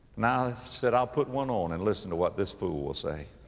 now i said, i'll put one on and listen to what this fool will say.